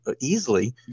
easily